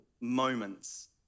moments